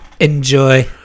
Enjoy